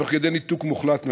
תוך כדי ניתוק מוחלט מהשטח.